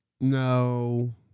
No